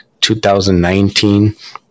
2019